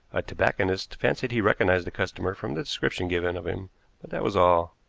a tobacconist fancied he recognized a customer from the description given of him, but that was all.